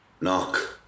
Knock